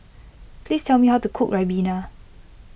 please tell me how to cook Ribena